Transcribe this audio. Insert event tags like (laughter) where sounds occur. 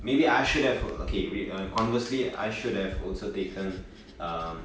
maybe I should have okay (noise) conversely I should have also taken err